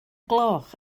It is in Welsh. gloch